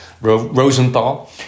Rosenthal